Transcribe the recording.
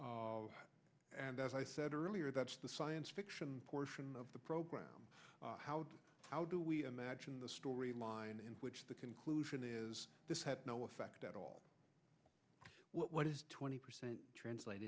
now and as i said earlier that's the science fiction portion of the program how how do we imagine the story line in which the conclusion is this had no effect at all what is twenty percent translate